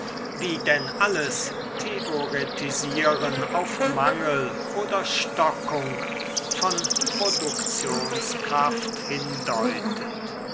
wie denn alles theoretisieren auf mangel oder stockung von produktionskraft hindeutet